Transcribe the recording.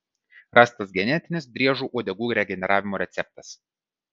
rastas genetinis driežų uodegų regeneravimo receptas